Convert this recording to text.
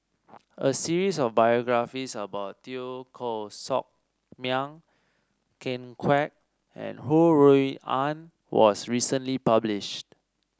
a series of biographies about Teo Koh Sock Miang Ken Kwek and Ho Rui An was recently published